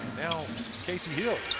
now casey hill.